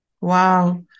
Wow